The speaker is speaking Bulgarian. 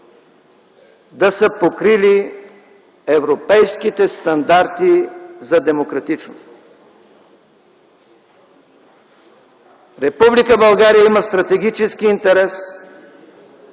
да са покрили европейските стандарти за демократичност. Република България има стратегически интерес,